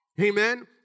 Amen